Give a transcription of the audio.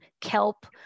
kelp